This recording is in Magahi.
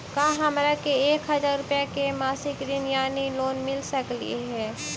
का हमरा के एक हजार रुपया के मासिक ऋण यानी लोन मिल सकली हे?